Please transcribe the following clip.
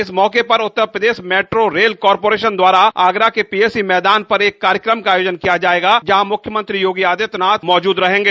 इस मौके पर Uttar Pradesh metro rail corporation द्वारा आगरा के पीएसी मैदान पर एक कार्यक्रम का आयोजन किया जाएगा जहां मुख्यमंत्री योगी आदित्यनाथ मौजूद रहेंगे